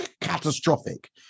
catastrophic